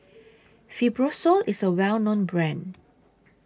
Fibrosol IS A Well known Brand